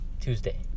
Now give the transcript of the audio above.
Tuesday